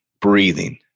breathing